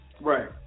Right